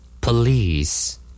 Police